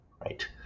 right